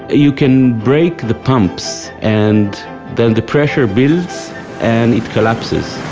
you can break the pumps and then the pressure builds and it collapses